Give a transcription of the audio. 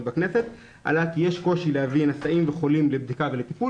בכנסת עלה כי יש קושי להביא נשאים וחולים לבדיקה ולטיפול,